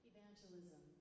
Evangelism